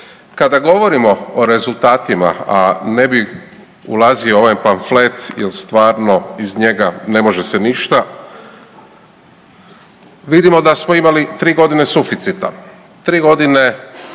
Kada govorimo o rezultatima, a ne bih ulazio u ovaj pamflet jer stvarno iz njega ne može se ništa, vidimo da smo imali 3 godine suficita, 3 godine